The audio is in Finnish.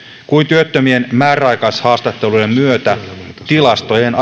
kuin työttömien määräaikaishaastattelujen myötä tilastojen